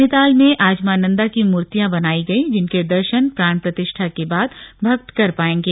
नैनीताल में आज मां नंदा की मूर्तियां बनाई गई जिनके दर्शन प्राण प्रतिष्ठा के बाद भक्त कर पाएंगे